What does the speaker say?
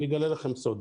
אגלה לכם סוד,